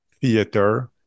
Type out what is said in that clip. theater